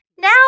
now